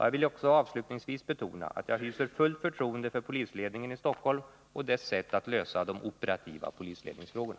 Jag vill också avslutningsvis betona att jag hyser fullt förtroende för polisledningen i Stockholm och dess sätt att lösa de operativa polisledningsfrågorna.